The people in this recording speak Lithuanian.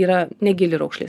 yra negili raukšlė